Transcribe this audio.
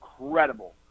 incredible